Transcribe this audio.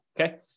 okay